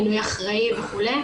מינוי אחראי וכו',